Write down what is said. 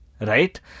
right